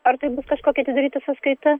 ar tai bus kažkokia atidaryta sąskaita